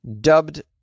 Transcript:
Dubbed